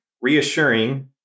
reassuring